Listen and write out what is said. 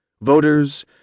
Voters